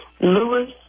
Lewis